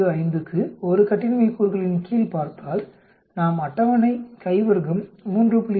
05 க்கு 1 கட்டின்மை கூறுகளின் கீழ் பார்த்தால் நாம் அட்டவணை கை வர்க்கம் 3